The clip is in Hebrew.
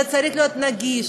זה צריך להיות נגיש,